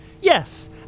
Yes